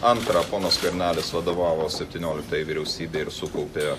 antra ponas skvernelis vadovavo septynioliktajai vyriausybei ir sukaupė